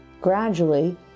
Gradually